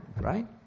right